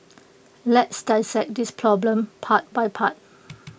let's dissect this problem part by part